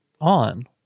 on